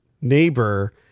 neighbor